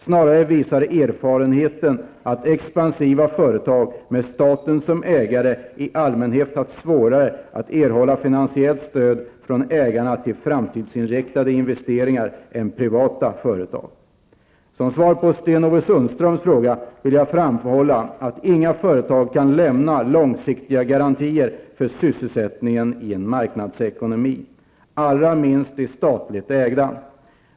Snarare visar erfarenheten att expansiva företag med staten som ägare i allmänhet haft svårare att erhålla finansiellt stöd från ägarna till framtidsinriktade investeringar än privatägda företag. Som svar på Sten-Ove Sundströms fråga vill jag framhålla att inga företag kan lämna långsiktiga garantier för sysselsättningen i en marknadsekonomi -- allra minst de statligt ägda.